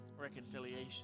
reconciliation